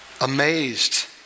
amazed